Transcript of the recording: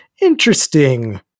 Interesting